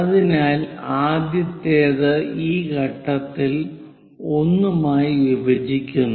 അതിനാൽ ആദ്യത്തേത് ഈ ഘട്ടത്തിൽ 1 മായി വിഭജിക്കുന്നു